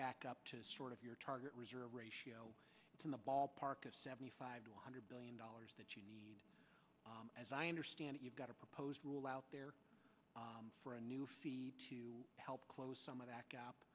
back up to sort of your target reserve ratio to the ballpark of seventy five hundred billion dollars that you need as i understand it you've got a proposed rule out there for a new fee to help close some of that gap